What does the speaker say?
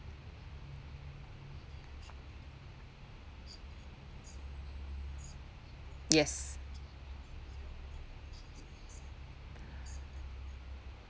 yes